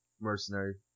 Mercenary